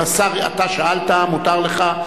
אתה שאלת, מותר לך.